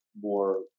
more